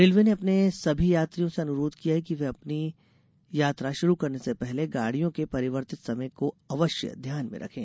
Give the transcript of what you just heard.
railway ने अपने सभी यात्रियों से अनुरोध किया है कि वे अपनी यात्रा शुरू करने से पहले गाड़ियों के परिवर्तित समय को अवश्य ध्यान में रखें